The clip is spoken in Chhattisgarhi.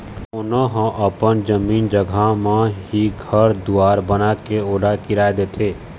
कोनो ह अपन जमीन जघा म ही घर दुवार बनाके ओला किराया देथे